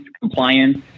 compliance